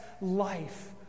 life